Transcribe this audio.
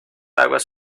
aguas